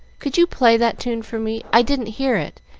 could you play that tune for me? i didn't hear it,